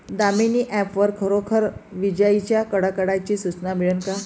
Damini app वर खरोखर विजाइच्या कडकडाटाची सूचना मिळन का?